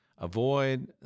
Avoid